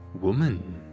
woman